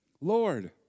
Lord